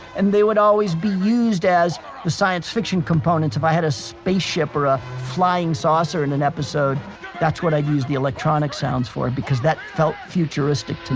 and they would always be used as the science fiction components, if i had a spaceship or a flying saucer in an episode that's what i'd use the electronic sounds for, because that felt futuristic to